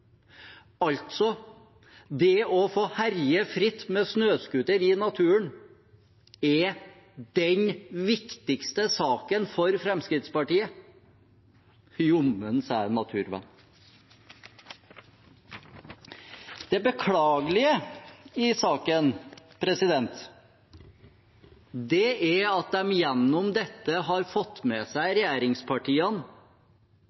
Altså, det å få herje fritt med snøscooter i naturen er den viktigste saken for Fremskrittspartiet. Jommen sa jeg naturvenn. Det beklagelige i saken er at de gjennom dette har fått med seg